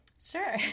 Sure